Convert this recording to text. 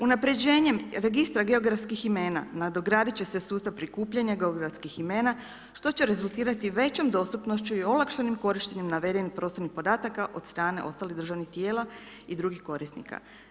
Unapređenjem Registra geografskih imena nadogradit će se sustav prikupljanja geografskih imena što će rezultirati većom dostupnošću i olakšanim korištenjem navedenih prostornih podataka od strane ostalih državnih tijela i drugih korisnika.